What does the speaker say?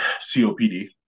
COPD